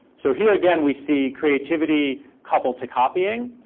so here again, we see creativity coupled to copying,